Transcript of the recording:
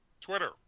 Twitter